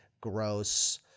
gross –